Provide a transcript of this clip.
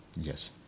Yes